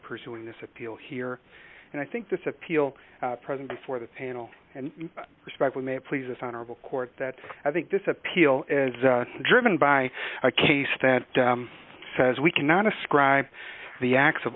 pursuing this appeal here and i think this appeal present before the panel and respect may please this honorable court that i think this appeal is driven by a case that says we cannot ascribe the acts of